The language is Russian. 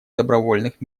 добровольных